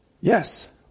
Yes